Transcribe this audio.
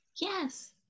Yes